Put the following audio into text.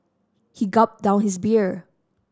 he gulped down his beer